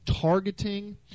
targeting